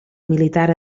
militar